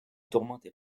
tourmentez